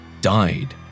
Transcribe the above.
died